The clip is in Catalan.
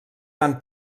van